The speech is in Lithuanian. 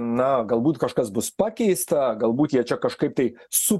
na galbūt kažkas bus pakeista galbūt jie čia kažkaip tai su